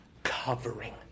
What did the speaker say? covering